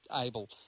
able